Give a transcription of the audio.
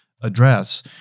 address